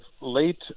late